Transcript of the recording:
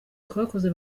twakoze